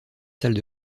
salle